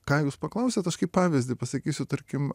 ką jūs paklausėt aš kaip pavyzdį pasakysiu tarkim